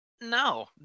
No